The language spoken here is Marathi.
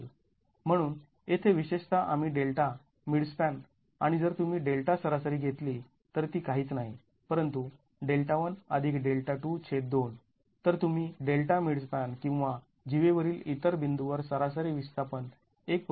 म्हणून येथे विशेषत आम्ही डेल्टा मिड स्पॅन आणि जर तुम्ही डेल्टा सरासरी घेतली तर ती काहीच नाही परंतु तर तुम्ही Δmidspan किंवा जीवेवरील इतर बिंदूवर सरासरी विस्थापन १